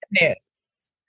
news